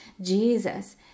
Jesus